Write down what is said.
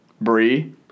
Brie